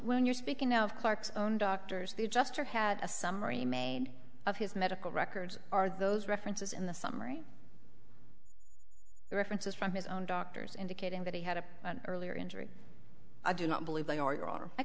when you're speaking of clark's own doctors the adjuster had a summary made of his medical records are those references in the summary references from his own doctors indicating that he had a earlier injury i do not believe